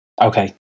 Okay